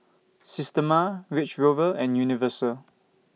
Systema Range Rover and Universal